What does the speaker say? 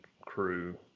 crew